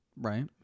Right